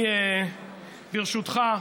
ברשותך,